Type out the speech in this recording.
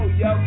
yo